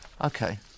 Okay